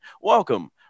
welcome